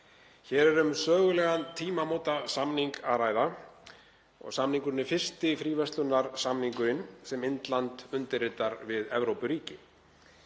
Hér er um sögulegan tímamótasamning að ræða og samningurinn er fyrsti fríverslunarsamningurinn sem Indland undirritar við Evrópuríki.